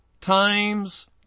times